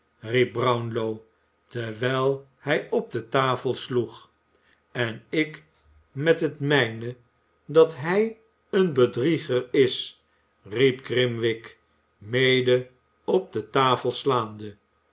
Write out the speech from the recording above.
brownlow terwijl hij op de tafel sloeg en ik met het mijne dat hij een bedrieger is riep grimwig mede op de tafel slaande